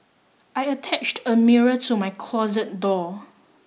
I attached a mirror to my closet door